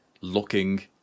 looking